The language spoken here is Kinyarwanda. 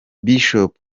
bishop